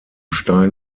stein